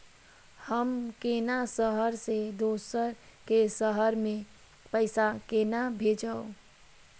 हम केना शहर से दोसर के शहर मैं पैसा केना भेजव?